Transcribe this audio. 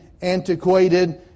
antiquated